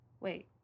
Wait